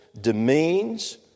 demeans